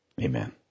Amen